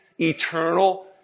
eternal